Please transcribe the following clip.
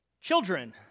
Children